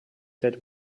that